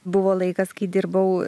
buvo laikas kai dirbau